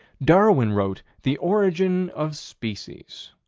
darwin wrote the origin of species.